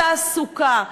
תעסוקה,